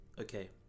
okay